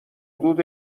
حدود